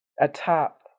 atop